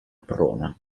prona